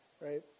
right